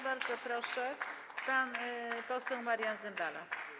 Bardzo proszę, pan poseł Marian Zembala.